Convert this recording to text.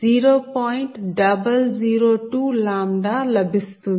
002 λ లభిస్తుంది